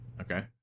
okay